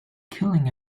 killing